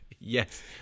Yes